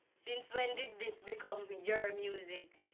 since when did this become ah your music?